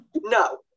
No